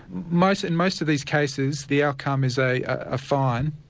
most and most of these cases, the outcome is a ah fine.